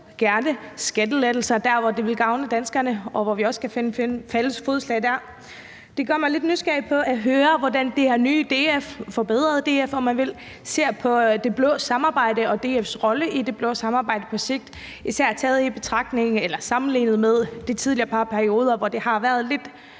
skattelettelser der, hvor det vil gavne danskerne, og hvor vi kan finde fælles fodslag. Det gør mig lidt nysgerrig efter at høre, hvordan det her nye DF eller det forbedrede DF, om man vil, ser på det blå samarbejde og DF's rolle i det blå samarbejde på sigt, især sammenlignet med de tidligere par perioder, hvor der har været lidt